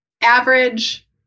Average